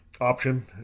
option